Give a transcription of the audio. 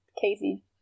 Casey